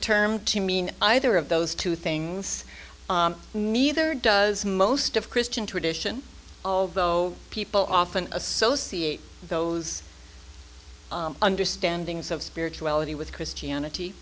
term to mean either of those two things neither does most of christian tradition of though people often associate those understandings of spirituality with christianity